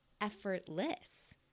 effortless